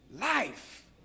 life